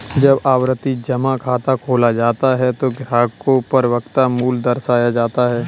जब आवर्ती जमा खाता खोला जाता है तो ग्राहक को परिपक्वता मूल्य दर्शाया जाता है